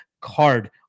card